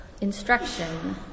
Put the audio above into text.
instruction